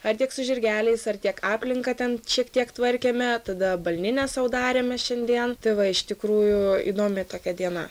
ar tiek su žirgeliais ar tiek aplinką ten šiek tiek tvarkėme tada balninę sau darėme šiandien tai va iš tikrųjų įdomi tokia diena